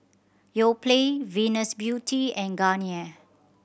Yoplait Venus Beauty and Garnier